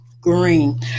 Green